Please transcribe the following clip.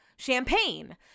Champagne